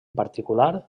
particular